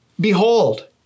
Behold